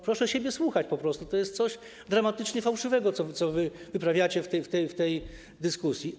Proszę siebie słuchać po prostu, bo to jest coś dramatycznie fałszywego, co wy wyprawiacie w tej dyskusji.